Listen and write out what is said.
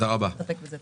אסתפק בזה.